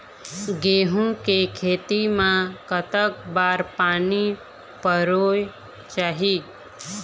गेहूं के खेती मा कतक बार पानी परोए चाही?